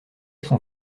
son